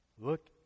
look